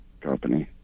company